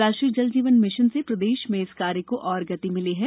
राष्ट्रीय जल जीवन मिशन से प्रदेश में इस कार्य को और गति मिली है